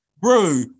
Bro